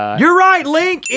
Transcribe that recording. ah you're right, link,